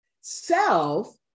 Self